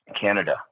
Canada